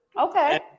Okay